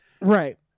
right